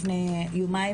לפני יומיים,